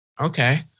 Okay